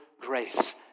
grace